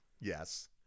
yes